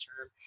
term